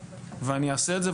ואני אעשה את זה,